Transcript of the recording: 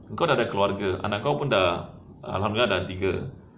engkau dah ada keluarga anak kau pun dah alhamdulillah dah tiga